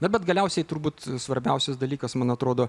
na bet galiausiai turbūt svarbiausias dalykas man atrodo